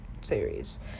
series